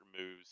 moves